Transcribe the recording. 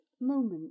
moment